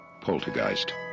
poltergeist